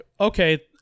okay